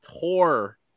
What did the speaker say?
tore